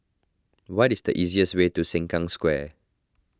what is the easiest way to Sengkang Square